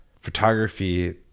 photography